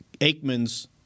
Aikman's